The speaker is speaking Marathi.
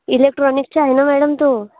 इलेक्ट्रॉनिक्सच्या आहे ना मॅडम तो